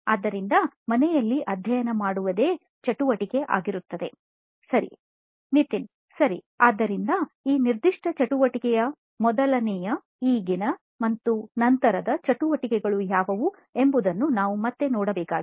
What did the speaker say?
ಆದ್ದರಿಂದ ಮನೆಯಲ್ಲಿ ಅಧ್ಯಯನ ಮಾಡುವುದೇ ಚಟುವಟಿಕೆ ಆಗಿರುತ್ತದೆ ಸರಿ ನಿತಿನ್ ಸರಿಆದ್ದರಿಂದ ಈ ನಿರ್ದಿಷ್ಟ ಚಟುವಟಿಕೆಯ ಮೊದಲಿನ ಈಗಿನ ಮತ್ತು ನಂತರದ ಚಟುವಟಿಕೆಗಳು ಯಾವುವು ಎಂಬುದನ್ನು ನಾವು ಮತ್ತೆ ನೋಡಬೇಕಾಗಿದೆ